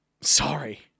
Sorry